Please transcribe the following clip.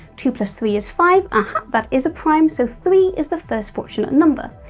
two plus three is five aha, that is a prime! so three is the first fortunate number.